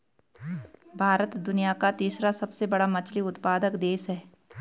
भारत दुनिया का तीसरा सबसे बड़ा मछली उत्पादक देश है